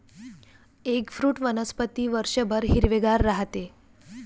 eggfruit वनस्पती वर्षभर हिरवेगार राहते